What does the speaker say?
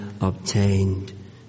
obtained